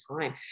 time